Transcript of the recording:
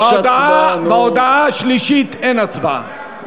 בהודעה השלישית אין הצבעה.